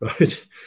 right